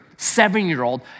seven-year-old